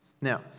Now